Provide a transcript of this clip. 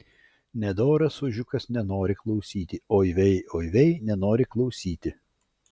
nedoras ožiukas nenori klausyti oi vei oi vei nenori klausyti